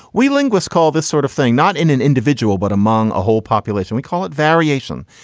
we linguist call this sort of thing not in an individual, but among a whole population. we call it variation.